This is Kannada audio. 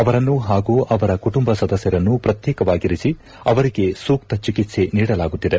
ಅವರನ್ನು ಹಾಗೂ ಅವರ ಕುಟುಂಬ ಸದಸ್ನರನ್ನು ಪ್ರತ್ಯೇಕವಾಗಿರಿಸಿ ಅವರಿಗೆ ಸೂಕ್ತ ಚಿಕಿತ್ಸೆ ನೀಡಲಾಗುತ್ತಿದೆ